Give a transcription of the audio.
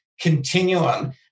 continuum